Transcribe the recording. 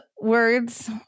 words